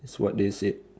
it's what they said